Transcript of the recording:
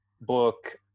book